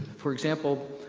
for example,